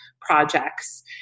projects